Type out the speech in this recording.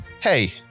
Hey